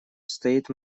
стоит